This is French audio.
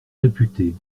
réputées